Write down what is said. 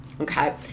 okay